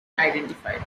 identified